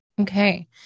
Okay